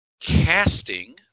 casting